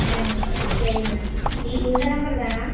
ம் சரிங்கண்ணா இ இந்த நம்பர் தானா